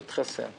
לא להתחסן.